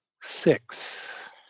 six